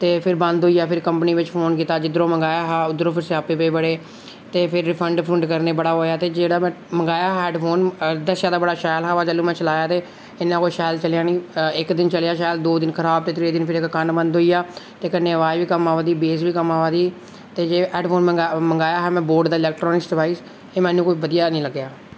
ते फिर बंद होई गेआ ते फिर कमंपनी बिच फोन कीता जिद्धरूं मंगवाया हा उद्धरूं फिर स्यापे पे फिर बड़े ते फिर रिफंड करने गी बड़ा ओह् होआ ते जेहडा में मंगाया हा हैडफोन दस्सेआ ते बड़ा शैल हा पर जिसलै में चलाया ते इन्ना कोई शैल चलेआ नेंई इक दिन चलेआ शैल दो दिन फिर एहदा कनैक्शन बंद होई गेआ ते कन्नै आबाज बी घट्ट्म अबा दी बेस बी कम अबा दी ते हैड फोन मंगाया हा में बोट दा इलैक्ट्रानिक डिबाइस एह् मी कोई बधिया नेईं लग्गेआ